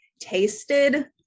tasted